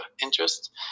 interest